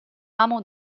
amo